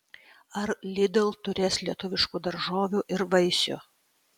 ar lidl turės lietuviškų daržovių ir vaisių